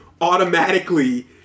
automatically